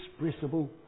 inexpressible